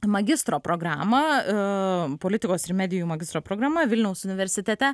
magistro programą aaa politikos ir medijų magistro programa vilniaus universitete